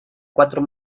cuatro